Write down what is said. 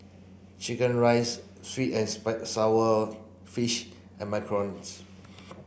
chicken rice sweet and sour fish and Macarons